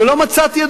ולא מצאתי,